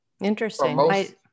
Interesting